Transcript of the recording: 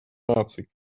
наций